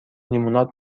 لیموناد